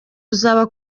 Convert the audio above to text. uzaba